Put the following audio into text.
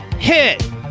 hit